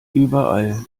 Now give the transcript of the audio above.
überall